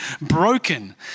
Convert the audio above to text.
broken